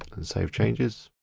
and save changes.